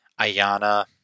Ayana